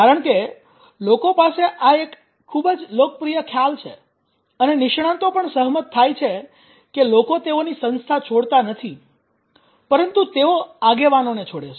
કારણ કે લોકો પાસે આ એક ખૂબ જ લોકપ્રિય ખ્યાલ છે અને નિષ્ણાંતો પણ સહમત થાય છે કે લોકો તેઓની સંસ્થા છોડતા નથી પરંતુ તેઓ આગેવાનોને છોડે છે